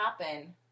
happen